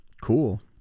Cool